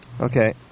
Okay